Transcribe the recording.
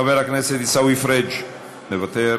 חבר הכנסת עיסאווי פריג' מוותר,